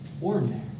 ordinary